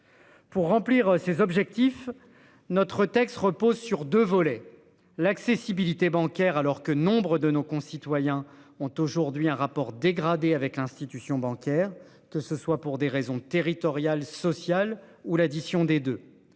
Pour remplir ses objectifs. Notre texte repose sur deux volets, l'accessibilité bancaire alors que nombre de nos concitoyens ont aujourd'hui un rapport dégradée avec l'institution bancaire, que ce soit pour des raisons territorial, social ou l'addition des deux,